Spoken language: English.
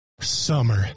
Summer